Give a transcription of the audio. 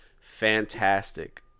fantastic